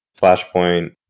flashpoint